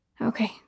Okay